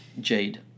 Jade